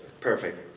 perfect